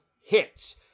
hits